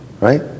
right